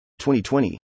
2020